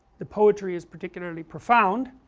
the poetry is particularly profound